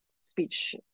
speech